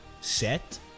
set